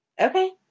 Okay